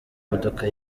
modoka